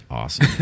awesome